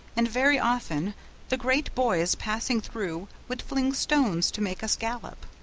and very often the great boys passing through would fling stones to make us gallop.